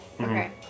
Okay